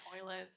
toilets